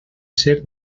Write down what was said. ser